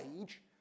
age